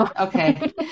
Okay